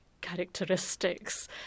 characteristics